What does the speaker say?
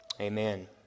Amen